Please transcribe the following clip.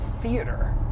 theater